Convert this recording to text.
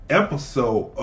episode